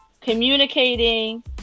communicating